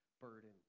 burden